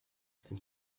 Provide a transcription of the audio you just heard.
and